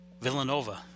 Villanova